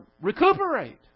recuperate